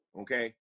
Okay